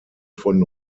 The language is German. von